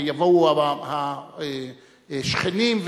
ויבואו השכנים,